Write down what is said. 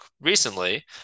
recently